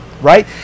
right